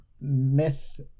myth